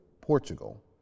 Portugal